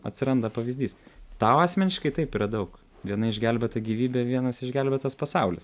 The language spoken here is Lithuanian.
atsiranda pavyzdys tau asmeniškai taip yra daug viena išgelbėta gyvybė vienas išgelbėtas pasaulis